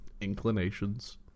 inclinations